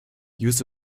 use